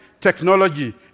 technology